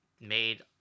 made